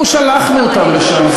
אנחנו שלחנו אותם לשם.